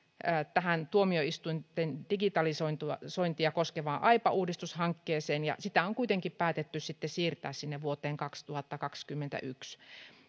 tähän tuomioistuinten digitalisointia koskevaan aipa uudistushankkeeseen ja sitä on kuitenkin päätetty sitten siirtää sinne vuoteen kaksituhattakaksikymmentäyksi